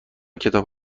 کتاب